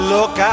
Look